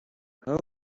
how